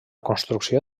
construcció